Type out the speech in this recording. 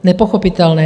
Nepochopitelné.